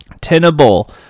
tenable